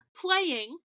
playing